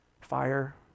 fire